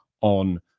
on